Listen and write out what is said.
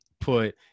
put